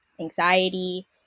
anxiety